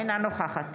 נגד